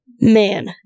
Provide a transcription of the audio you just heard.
man